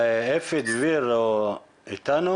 איתי, אתה שומע אותנו?